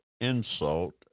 insult